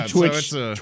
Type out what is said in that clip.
Twitch